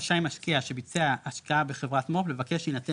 רשאי משקיע שביצע השקעה בחברת מו"פ לבקש שיינתן